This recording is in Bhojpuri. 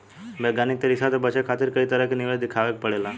वैज्ञानिक तरीका से बचे खातिर कई तरह के निवेश देखावे के पड़ेला